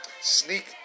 sneak